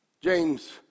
James